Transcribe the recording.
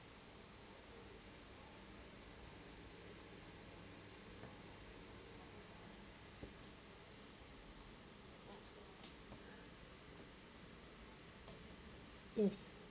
yes